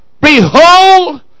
behold